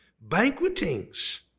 banquetings